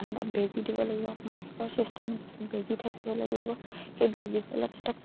সিহঁতক বেজী দিব লাগিব মাহেকৰ চিষ্টেম মানে বেজী থাকিব লাগিব সেই বেজী ফলত সিহঁতক